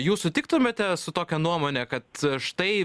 jūs sutiktumėte su tokia nuomone kad štai